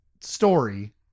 story